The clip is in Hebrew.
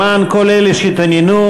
למען כל אלה שהתעניינו,